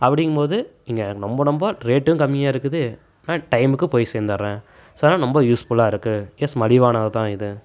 அப்படிங்கும் போது இங்கே ரொம்ப ரொம்ப ரேட்டும் கம்மியாக இருக்குது நான் டைமுக்கு போய் சேர்ந்துடுறன் ஸோ அதனால ரொம்ப யூஸ்ஃபுல்லாக இருக்குது எஸ் மலிவானது தான் இது